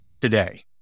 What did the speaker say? today